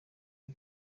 ari